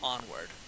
Onward